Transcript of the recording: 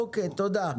קצר,